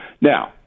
Now